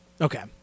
Okay